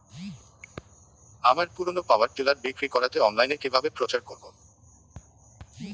আমার পুরনো power tiller বিক্রি করাতে অনলাইনে কিভাবে প্রচার করব?